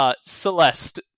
Celeste